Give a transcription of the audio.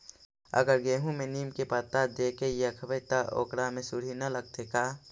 अगर गेहूं में नीम के पता देके यखबै त ओकरा में सुढि न लगतै का?